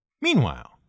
Meanwhile